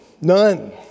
None